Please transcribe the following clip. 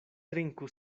trinku